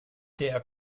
der